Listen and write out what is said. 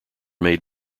made